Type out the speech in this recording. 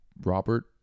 Robert